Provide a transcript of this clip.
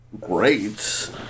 great